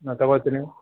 ನಾನು ತೊಗೋತೀನಿ